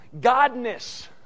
godness